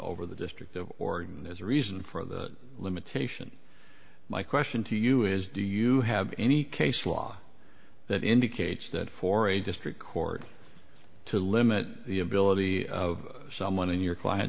over the district of order is a reason for the limitation my question to you is do you have any case law that indicates that for a district court to limit the ability of someone in your client